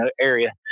area